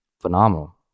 Phenomenal